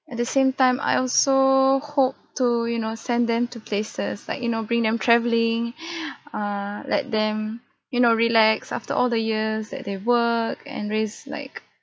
at the same time I also hope to you know send them to places like you know bring them travelling err let them you know relax after all the years that they've work and raised like